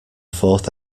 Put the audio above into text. fourth